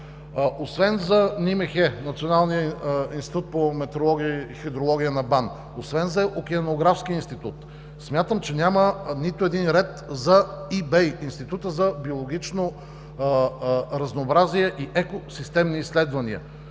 освен за НИМХ – Националния институт по метеорология и хидрология на БАН, освен за Океанографския институт, смятам, че няма нито един ред за ИБЕИ – Института за биологично разнообразие и екосистемни изследвания.